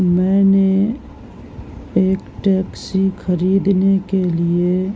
میں نے ایک ٹیکسی خریدنے کے لیے